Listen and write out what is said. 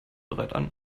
hilfsbereit